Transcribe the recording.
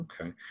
Okay